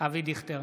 אבי דיכטר,